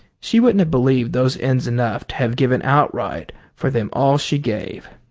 she wouldn't have believed those ends enough to have given outright for them all she gave.